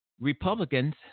Republicans